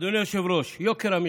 אדוני היושב-ראש, יוקר המחיה,